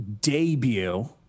debut